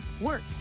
WORK